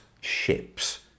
ships